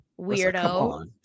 Weirdo